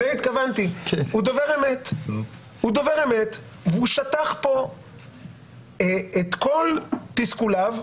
הוא דובר אמת והוא שטח פה את כל תסכוליו,